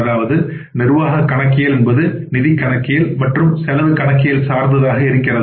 அதாவது நிர்வாககணக்கியல் என்பது நிதி கணக்கியல் மற்றும் செலவு கணக்கில் சார்ந்ததாக இருக்கிறது